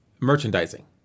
Merchandising